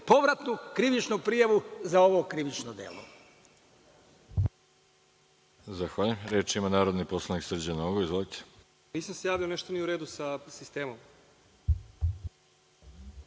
povratnu krivičnu prijavu za ovo krivično delo.